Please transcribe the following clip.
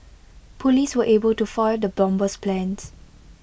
Police were able to foil the bomber's plans